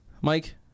Mike